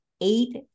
eight